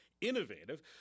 innovative